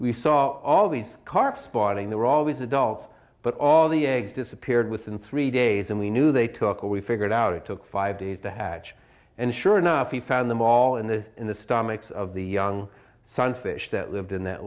we saw all these carp spawning there were always adults but all the eggs disappeared within three days and we knew they took a we figured out it took five days to hatch and sure enough we found them all in the in the stomachs of the young sunfish that lived in that